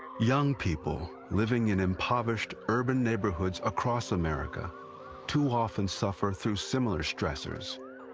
young people living in impoverished, urban neighborhoods across america too often suffer through similar stressors.